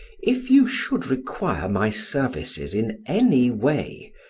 if you should require my services in any way,